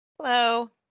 Hello